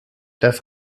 das